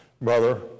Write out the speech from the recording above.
brother